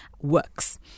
works